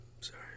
sorry